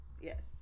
Yes